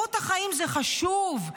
איכות החיים זה חשוב,